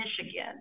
Michigan